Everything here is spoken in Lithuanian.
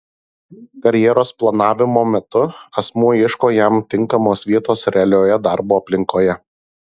karjeros planavimo metu asmuo ieško jam tinkamos vietos realioje darbo aplinkoje